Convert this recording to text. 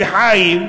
וחיים,